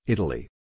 Italy